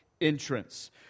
entrance